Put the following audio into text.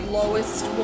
lowest